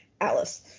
Alice